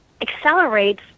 accelerates